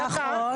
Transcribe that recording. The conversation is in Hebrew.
נכון.